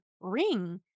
ring